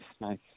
nice